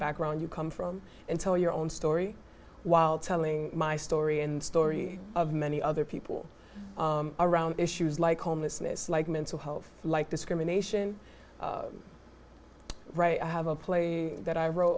background you come from and tell your own story while telling my story and story of many other people around issues like homelessness like mental health like discrimination right i have a play that i wrote